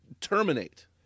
terminate